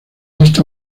esta